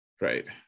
Right